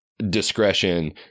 discretion